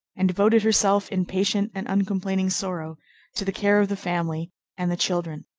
and devoted herself in patient and uncomplaining sorrow to the care of the family and the children.